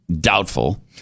Doubtful